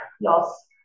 loss